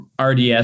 RDS